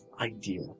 idea